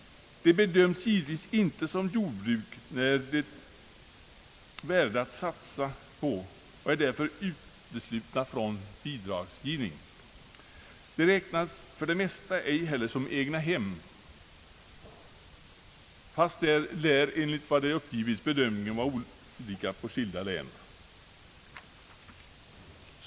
De bedömes givetvis inte som jordbruk, värda att satsa någonting på, och de är därför uteslutna från bidragsgivningen. De räknas för det mesta ej heller som egnahem, fastän bedömningen i detta fall lär, enligt vad som uppges, vara olika i skilda län.